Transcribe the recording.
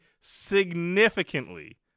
significantly